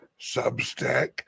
Substack